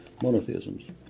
monotheisms